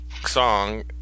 song